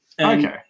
Okay